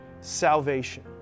salvation